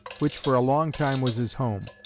which for a long time was his home.